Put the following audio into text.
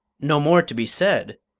no more to be said!